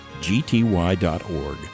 gty.org